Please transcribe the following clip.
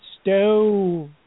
stove